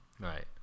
Right